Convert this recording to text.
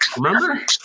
remember